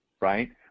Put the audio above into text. right